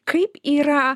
kaip yra